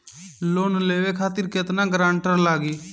Loan लेवे खातिर केतना ग्रानटर लागी?